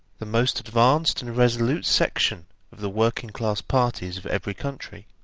the most advanced and resolute section of the working-class parties of every country,